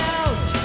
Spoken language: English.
out